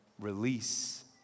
release